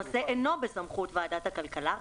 הנושא אינו במסכות ועדת הכלכלה,